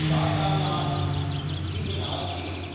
शाकानां शुद्धिः नास्ति